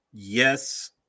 Yes